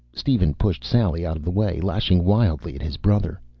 steven pushed sally out of the way, lashing wildly at his brother.